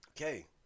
Okay